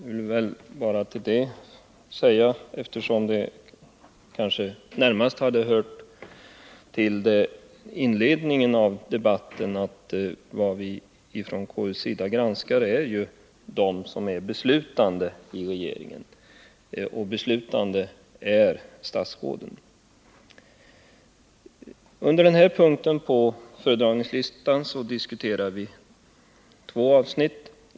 Jag vill bara till det säga — även om det kanske närmast hade hört till inledningen av debatten — att dem vi från konstitutionsutskottets sida granskar är de som är beslutande i regeringen, och beslutande är statsråden. Under den här punkten på föredragningslistan diskuterar vi två avsnitt i betänkandet.